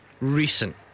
Recent